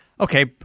Okay